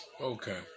okay